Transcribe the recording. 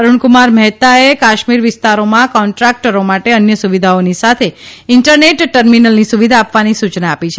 અરૃણક્રમાર મહેતાએ કાશ્મીર વિસ્તારમાં કોન્દ્રાકટરો માટે અન્ય સુવિધાઓની સાથે ઇન્ટરનેટ ટર્મિનલની સુવિધા આપવાની સૂચના આપી છે